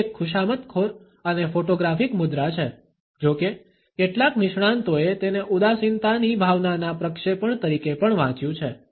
તે એક ખુશામતખોર અને ફોટોગ્રાફિક મુદ્રા છે જો કે કેટલાક નિષ્ણાંતોએ તેને ઉદાસીનતાની ભાવનાના પ્રક્ષેપણ તરીકે પણ વાંચ્યું છે